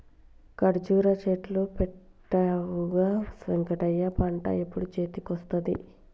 కర్జురా చెట్లు పెట్టవుగా వెంకటయ్య పంట ఎప్పుడు చేతికొస్తది